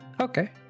Okay